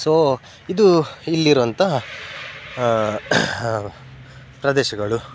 so ಇದು ಇಲ್ಲಿರುವಂಥ ಪ್ರದೇಶಗಳು